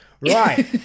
right